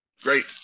Great